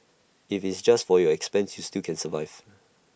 if it's just for your expenses you still can survive